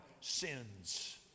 sins